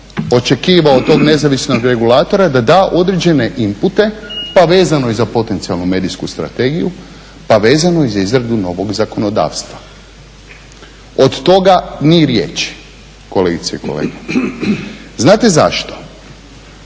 očekivao od tog nezavisnog regulatora da da određene inpute pa vezano i za potencijalnu medijsku strategiju, pa vezano i za izradu novog zakonodavstva. Od toga ni riječi kolegice i kolege. Znate zašto?